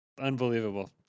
Unbelievable